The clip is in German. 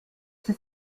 sie